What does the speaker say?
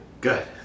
good